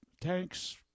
tanks